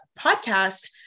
podcast